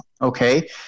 okay